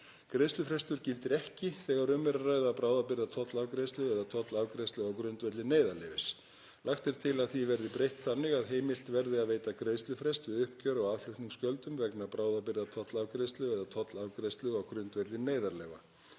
Greiðslufrestur gildir ekki þegar um er að ræða bráðabirgðatollafgreiðslu eða tollafgreiðslu á grundvelli neyðarleyfis. Lagt er til að því verði breytt þannig að heimilt verði að veita greiðslufrest við uppgjör á aðflutningsgjöldum vegna bráðabirgðatollafgreiðslu eða tollafgreiðslu á grundvelli neyðarleyfa.